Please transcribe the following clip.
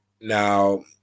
Now